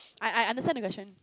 I I understand the question